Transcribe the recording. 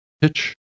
pitch